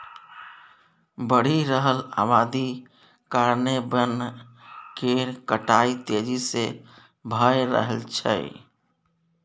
बढ़ि रहल अबादी कारणेँ बन केर कटाई तेजी से भए रहल छै